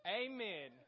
amen